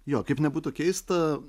jo kaip nebūtų keista